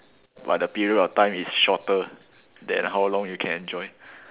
but the period of time is shorter than how long you can enjoy